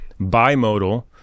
Bimodal